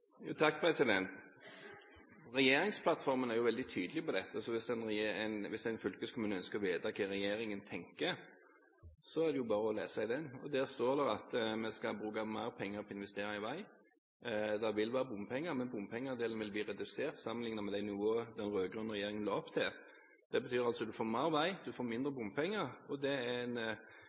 Regjeringsplattformen er veldig tydelig på dette, så hvis en fylkeskommune ønsker å vite hva regjeringen tenker, er det bare å lese i den. Der stå det at vi skal bruke mer penger på å investere i vei. Det vil være bompenger, men bompengedelen vil bli redusert sammenliknet med det nivået den rød-grønne regjeringen la opp til. Det betyr at du får mer vei og mindre bompenger. Det er en